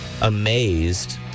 amazed